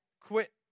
quit